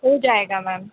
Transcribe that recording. हो जाएगा मैंम